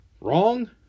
wrong